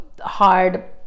hard